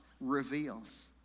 reveals